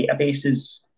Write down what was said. databases